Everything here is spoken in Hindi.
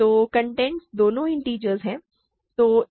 तो कंटेंट्स दोनों इंटिजर्स हैं